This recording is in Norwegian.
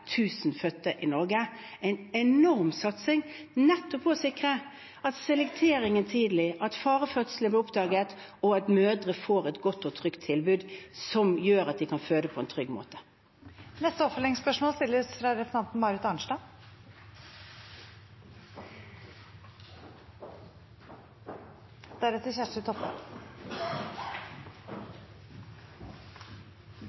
fødte i Norge, en enorm satsing, nettopp for å sikre at selektering skjer tidlig, at fare ved fødsler blir oppdaget, og at mødre får et godt og trygt tilbud som gjør at de kan føde på en trygg måte. Marit Arnstad – til oppfølgingsspørsmål.